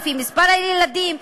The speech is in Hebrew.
לפי מספר הילדים,